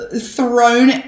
thrown